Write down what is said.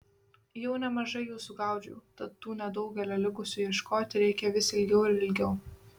jau nemažai jų sugaudžiau tad tų nedaugelio likusių ieškoti reikia vis ilgiau ir ilgiau